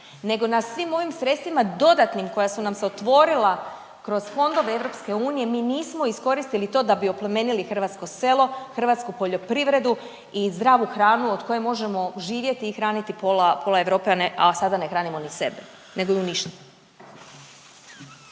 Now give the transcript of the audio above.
nego na svim ovim sredstvima dodatnim koja su nam se otvorila kroz fondove EU mi nismo iskoristili to da bi oplemenili hrvatsko selo, hrvatsku poljoprivredu i zdravu hranu od koje možemo živjeti i hraniti pola, pola Europe a ne, a sada ne hranimo ni sebe nego ju uništavamo.